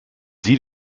sie